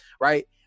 right